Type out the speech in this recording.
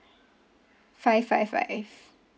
five five five